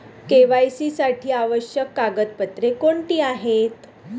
KYC साठी आवश्यक कागदपत्रे कोणती आहेत?